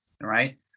right